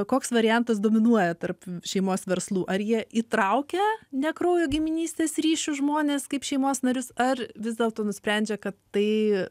koks variantas dominuoja tarp šeimos verslų ar jie įtraukia ne kraujo giminystės ryšių žmones kaip šeimos narius ar vis dėlto nusprendžia kad tai